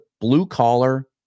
blue-collar